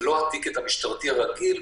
זה לא הטיקט המשטרתי הרגיל,